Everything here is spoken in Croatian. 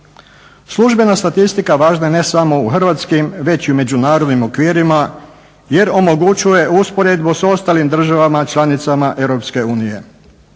Službena statistika važna je ne samo u hrvatskim već i u međunarodnim okvirima jer omogućuje usporedbu sa ostalim državama članicama